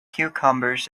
cucumbers